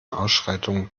ausschreitungen